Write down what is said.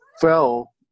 fell